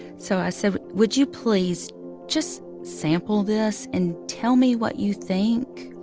so i said, would you please just sample this and tell me what you think?